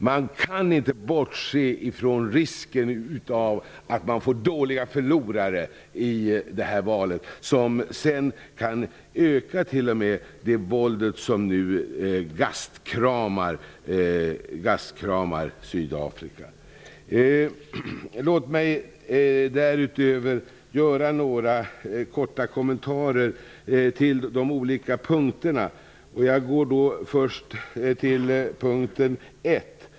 Man kan inte bortse från risken av att det uppträder dåliga förlorare i det här valet som sedan t.o.m. kan öka det våld som nu gastkramar Sydafrika. Låt mig därutöver göra några korta kommentarer till de olika punkterna. Jag går då först till punkten 1.